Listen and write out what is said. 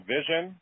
Vision